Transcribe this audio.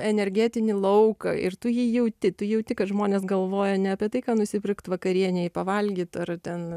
energetinį lauką ir tu jį jauti tu jauti kad žmonės galvoja ne apie tai ką nusipirkt vakarienei pavalgyt ar ten